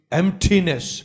emptiness